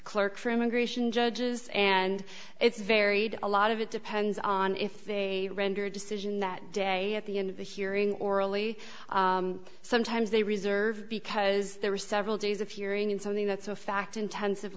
clerk for immigration judges and it's very to lot of it depends on if they render a decision that day at the end of the hearing orally sometimes they reserved because there were several days of hearing in something that's a fact intensive